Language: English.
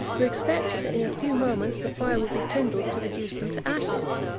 who expected that in a few moments the fire would be kindled to reduce them to ashes.